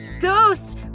Ghost